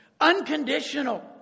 unconditional